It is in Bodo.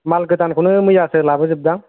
माल गोदानखौनो मैयासो लाबोजोबदां